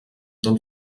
del